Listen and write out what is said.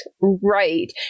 right